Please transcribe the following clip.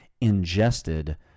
ingested